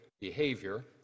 behavior